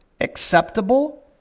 Acceptable